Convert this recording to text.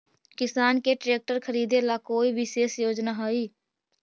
किसान के ट्रैक्टर खरीदे ला कोई विशेष योजना हई?